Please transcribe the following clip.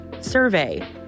survey